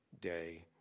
day